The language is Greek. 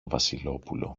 βασιλόπουλο